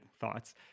thoughts